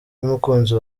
y’umukunzi